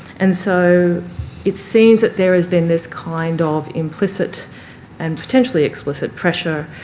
and so it seems that there is then this kind of implicit and potentially explicit pressure